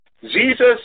Jesus